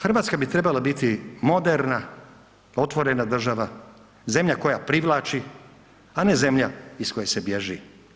Hrvatska bi trebala biti moderna otvorena država, zemlja koja privlači, a ne zemlja iz koje se bježi.